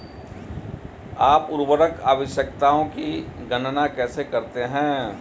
आप उर्वरक आवश्यकताओं की गणना कैसे करते हैं?